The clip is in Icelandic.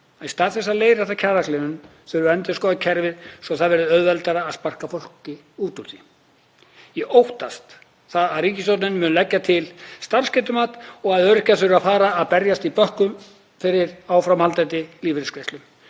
í stað þess að leiðrétta kjaragliðnun þurfi að endurskoða kerfið svo það verði auðveldara að sparka fólki út úr því. Ég óttast það að ríkisstjórnin muni leggja til starfsgetumat og að öryrkjar þurfi að fara að berjast fyrir áframhaldandi lífeyrisgreiðslum.